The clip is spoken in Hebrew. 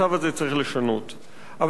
אבל אי-אפשר לשנות אותו בססמאות,